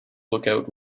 lookout